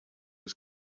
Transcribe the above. his